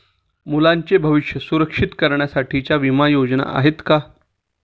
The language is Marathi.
मुलांचे भविष्य सुरक्षित करण्यासाठीच्या विमा योजना आहेत का?